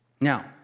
Now